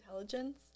intelligence